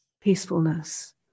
peacefulness